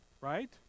right